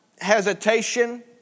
hesitation